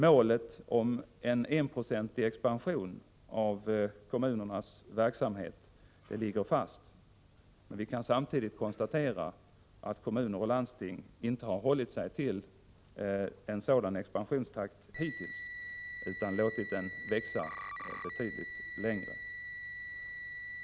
Målet om en enprocentig expansion av kommunernas verksamhet ligger fast. Men kommuner och landsting har inte hållit sig till en sådan expansionstakt hittills utan låtit expansionen gå betydligt längre.